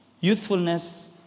youthfulness